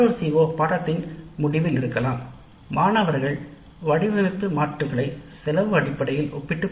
மற்றொரு CO பாடநெறியின் முடிவில் இருக்கலாம் மாணவர்கள் வடிவமைப்பை செலவு அடிப்படையில் ஒப்பிட முடியும்